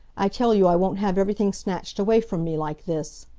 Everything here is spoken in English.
i tell you i won't have everything snatched away from me like this!